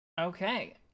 Okay